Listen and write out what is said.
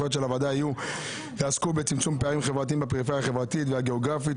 והסמכויות שלה יעסקו בצמצום פערים חברתיים בפריפריה החברתית והגאוגרפית,